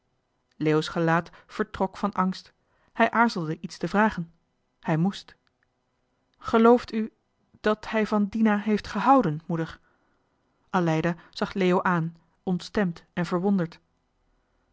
verergeren leo's gelaat vertrok van angst hij aarzelde iets te vragen hij moest gelooft u dat hij van dina heeft gehouden moeder aleida zag leo aan ontstemd en verwonderd